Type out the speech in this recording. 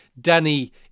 Danny